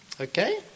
Okay